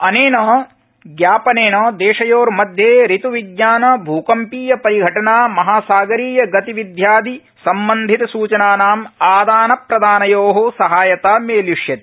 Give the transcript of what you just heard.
अनेन ज्ञापनेन देशयोर्मध्ये ऋत्विज्ञान भूकंपीयपरिघटना महासागरीय गतिविध्यादि सम्बन्धितसूचनानाम् आदानप्रदानयो सहायता मेलिष्यति